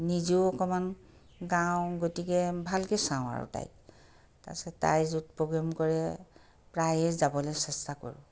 নিজেও অকমাণন গাওঁ গতিকে ভালকৈ চাওঁ আৰু তাইক তাৰপাছত তাই য'ত প্ৰগ্ৰেম কৰে প্ৰায়ে যাবলৈ চেষ্টা কৰোঁ